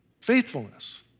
Faithfulness